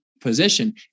position